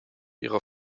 ihre